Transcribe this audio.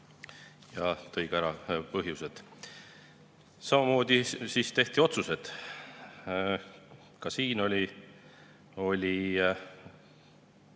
ta tõi ka ära põhjused. Samamoodi tehti ka otsused. Ka siin oli